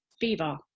fever